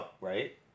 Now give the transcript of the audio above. right